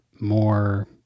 more